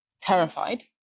terrified